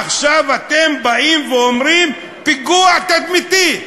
עכשיו אתם באים ואומרים: פיגוע תדמיתי.